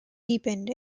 deepened